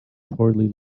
poorly